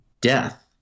death